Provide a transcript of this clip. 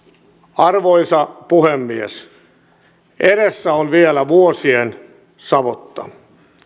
arvoisa puhemies edessä on vielä vuosien savotta